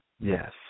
Yes